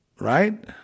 Right